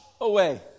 away